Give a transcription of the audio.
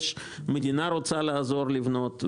המדינה רוצה לעזור לבנות,